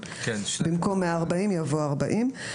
במקום "140" יבוא "40".